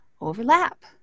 overlap